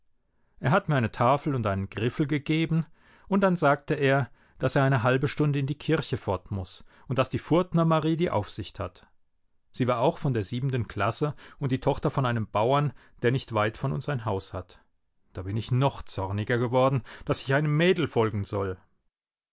er hat mir eine tafel und einen griffel gegeben und dann sagte er daß er eine halbe stunde in die kirche fort muß und daß die furtner marie die aufsicht hat sie war auch von der siebenten klasse und die tochter von einem bauern der nicht weit von uns ein haus hat da bin ich noch zorniger geworden daß ich einem mädel folgen soll